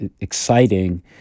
exciting